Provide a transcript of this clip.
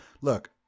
look